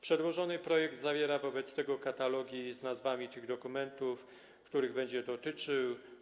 Przedłożony projekt zawiera wobec tego katalogi z nazwami tych dokumentów, których będzie dotyczył.